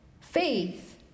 Faith